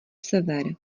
sever